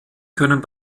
können